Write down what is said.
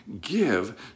give